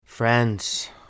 Friends